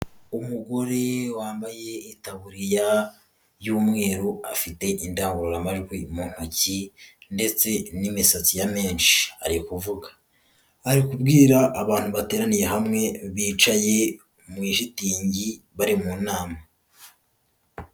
Umugore wambaye itaburiya y'umweru afite indangururamajwi mu ntoki ndetse n'imisatsi ya menshi ari kuvuga, ari kubwira abantu bateraniye hamwe bicaye mu ishitingi bari mu nama.